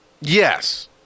Yes